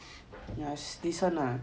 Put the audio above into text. yes this [one] ah